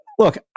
Look